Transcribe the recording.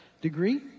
degree